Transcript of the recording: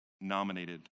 nominated